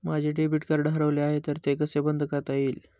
माझे debit card हरवले आहे ते कसे बंद करता येईल?